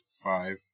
five